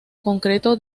concreto